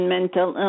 Mental